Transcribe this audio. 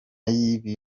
y’ibi